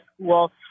school